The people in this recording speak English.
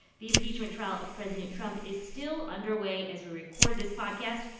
the impeachment trial of president trump is still underway as we record this podcast.